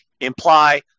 imply